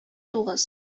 тугыз